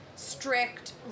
strict